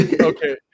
Okay